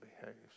behaves